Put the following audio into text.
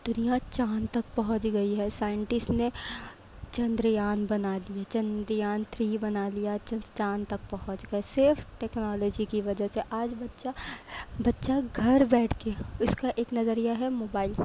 دنیا چاند تک پہنچ گئی ہے سائنٹیسٹ نے چندریان بنا لئے چندریان تھری بنا لیا چند چاند تک پہنچ گئے صرف ٹیکنالوجی کی وجہ سے آج بچہ بچہ گھر بیٹھ کے اس کا ایک نظریہ ہے موبائل